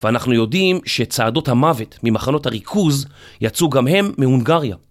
ואנחנו יודעים שצעדות המוות ממחנות הריכוז, יצאו גם הם מהונגריה.